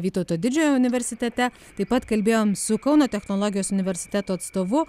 vytauto didžiojo universitete taip pat kalbėjom su kauno technologijos universiteto atstovu